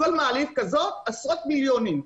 כל מעלית כזאת, עשרות מיליונים.